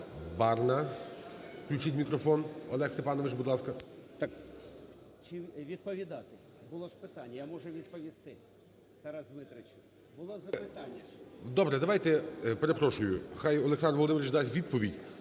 відповідати? Було ж питання, я можу відповісти. Тарас Дмитрович, було запитання. ГОЛОВУЮЧИЙ. Добре, давайте. Перепрошую. Хай Олександр Володимирович дасть відповідь,